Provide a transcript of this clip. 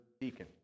deacon